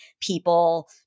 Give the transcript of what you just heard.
people